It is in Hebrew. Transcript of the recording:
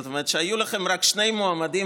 זאת אומרת שהיו לכם רק שני מועמדים,